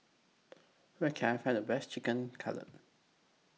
Where Can I Find The Best Chicken Cutlet